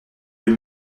deux